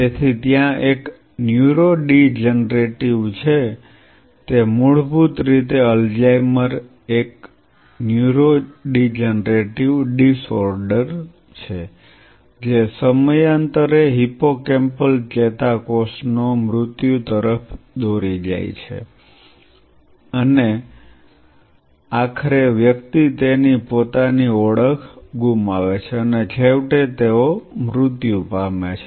તેથી ત્યાં એક ન્યુરોડિજનરેટિવ છે મૂળભૂત રીતે અલ્ઝાઇમર એ એક ન્યુરોડિજનરેટિવ ડિસઓર્ડર છે જે સમયાંતરે હિપ્પોકેમ્પલ ચેતાકોષના મૃત્યુ તરફ દોરી જાય છે અને આખરે વ્યક્તિ તેની પોતાની ઓળખ ગુમાવે છે અને છેવટે તેઓ મૃત્યુ પામે છે